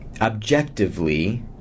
objectively